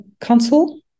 Council